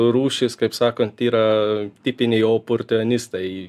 rūšys kaip sakant yra tipiniai oportuanistai